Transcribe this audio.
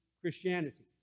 Christianity